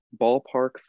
ballpark